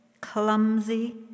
clumsy